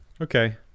okay